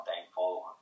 thankful